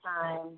time